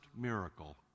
miracle